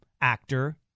actor